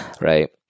right